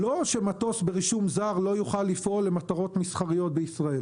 לא שמטוס ברישום זר לא יוכל לפעול למטרות מסחריות בישראל.